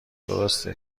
درسته